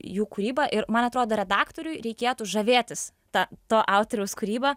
jų kūryba ir man atrodo redaktoriui reikėtų žavėtis ta to autoriaus kūryba